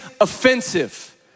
offensive